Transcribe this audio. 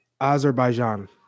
Azerbaijan